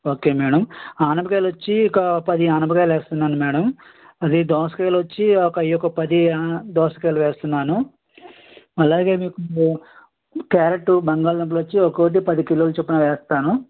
okay madam ఆనపకాయలు వచ్చి ఒక పది ఆనపకాయలు వేస్తున్నాను మేడం అది దోసకాయలు వచ్చి ఒక అవి ఒక పది దోసకాయలు వేస్తున్నాను అలాగే మీకు క్యారట్ బంగాళ దుంపలు వచ్చి ఒకొక్కటి పది కిలోలు చప్పున వేస్తాను